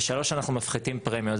ושלוש, אנחנו מפחיתים פרמיות.